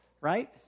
right